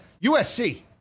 USC